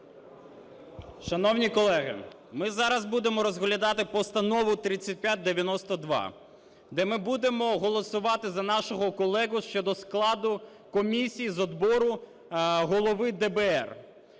Шановні колеги! Ми зараз будемо розглядати Постанову 3592, де ми будемо голосувати за нашого колегу щодо складу комісії з відбору голови ДБР.